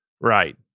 Right